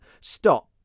Stop